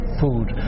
food